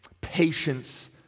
Patience